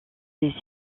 des